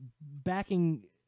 backing